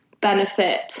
benefit